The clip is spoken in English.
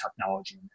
technology